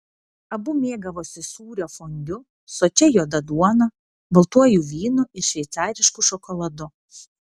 abu mėgavosi sūrio fondiu sočia juoda duona baltuoju vynu ir šveicarišku šokoladu